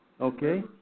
Okay